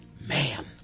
Man